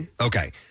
Okay